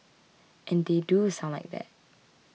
and they do sound like that